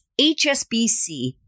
HSBC